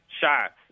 shots